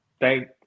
thank